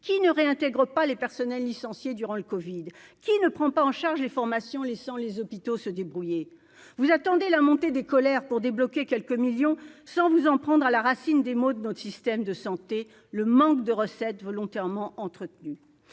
qui ne réintègre pas les personnels licenciés durant le Covid, qui ne prend pas en charge les formations, laissant les hôpitaux se débrouiller vous attendez la montée des colères pour débloquer quelques millions cent vous en prendre à la racine des maux de notre système de santé, le manque de recettes volontairement entretenu